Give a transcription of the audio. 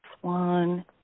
one